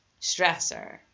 stressor